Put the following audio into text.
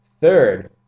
third